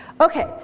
Okay